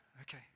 Okay